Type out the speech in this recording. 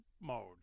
mode